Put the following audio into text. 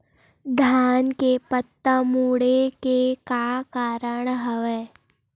धान के पत्ता मुड़े के का कारण हवय?